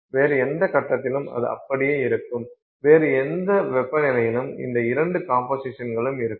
வேறு எந்த கட்டத்திலும் அது அப்படியே இருக்கும் வேறு எந்த வெப்பநிலையிலும் இந்த 2 கம்போசிஷன்களும் இருக்கும்